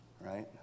right